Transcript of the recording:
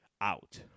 out